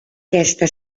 testa